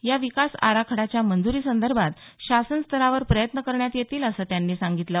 या विकास आराखड्याच्या मंजूरीसंदर्भात शासनस्तरावर प्रयत्न करण्यात येतील असं त्यांनी यावेळी सांगितलं